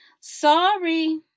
Sorry